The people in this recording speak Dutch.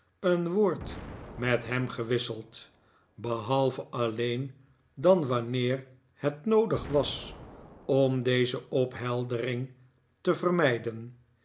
een woord met hem gewisseld behalve alleen dan wanneer het noodig was om deze opheldering te vermn